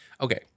okay